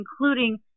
including